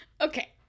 Okay